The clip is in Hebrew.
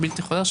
הבלתי חוזר,